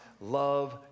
love